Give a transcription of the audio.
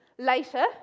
Later